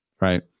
right